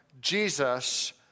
Jesus